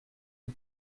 une